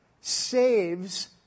saves